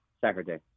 Saturday